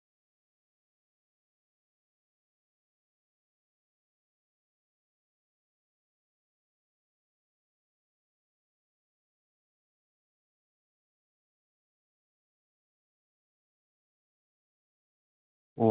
ꯑꯣ ꯇꯦꯕꯜꯁꯤꯗ ꯑꯥ ꯃꯆꯥ ꯑꯅꯤ ꯑꯗꯒꯤ ꯍꯣꯏ ꯇꯦꯕꯜ ꯑꯃꯒ ꯑꯗꯒꯤ ꯀꯩꯅꯣ ꯍꯧꯖꯤꯛꯀꯤ ꯑꯗꯨꯏ ꯃꯅꯨꯡꯁꯤꯗꯅꯦ ꯀꯩꯅꯣꯗꯤ ꯆꯟꯗꯕ꯭ꯔꯥ ꯍꯥꯏꯗꯤ ꯑꯩꯈꯣꯏꯒꯤ ꯗꯥꯏꯅꯤꯡ ꯇꯦꯕꯜ ꯍꯥꯏꯗꯤ ꯂꯩꯗꯅ ꯗꯥꯏꯅꯤꯡ ꯇꯦꯕꯜꯅꯦ ꯑꯗꯒꯤ ꯃꯣꯏꯒꯤ ꯆꯧꯀ꯭ꯔꯤ ꯑꯗꯨꯒꯤ ꯃꯇꯨꯡ ꯏꯟꯕ ꯑꯗꯨꯝꯕꯗꯤ ꯆꯟꯗꯕ꯭ꯔꯥ ꯍꯧꯖꯤꯛꯀꯤꯁꯤꯗ